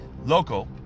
local